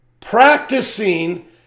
practicing